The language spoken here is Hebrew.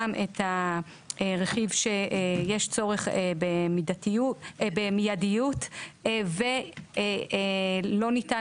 גם את הרכיב שיש צורך במידיות ולא ניתן